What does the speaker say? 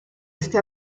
este